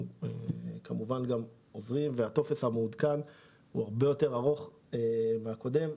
אנחנו כמובן עוברים והטופס המעודכן הוא הרבה יותר ארוך מהקודם,